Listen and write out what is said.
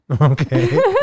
Okay